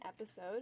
episode